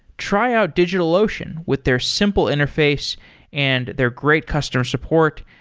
try out digitalocean with their simple interface and their great customer support,